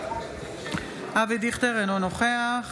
אבי דיכטר, אינו נוכח